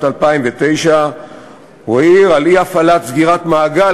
2009. הוא העיר על אי-הפעלת "סגירת מעגל",